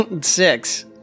Six